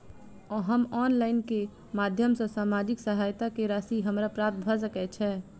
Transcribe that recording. हम ऑनलाइन केँ माध्यम सँ सामाजिक सहायता केँ राशि हमरा प्राप्त भऽ सकै छै?